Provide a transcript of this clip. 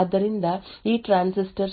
ಆದ್ದರಿಂದ ಈ ಟ್ರಾನ್ಸಿಸ್ಟರ್